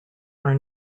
are